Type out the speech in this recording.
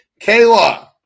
Kayla